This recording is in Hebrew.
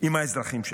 עם האזרחים שלה.